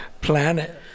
planet